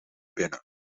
binnen